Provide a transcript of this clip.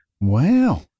Wow